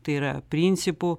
tai yra principų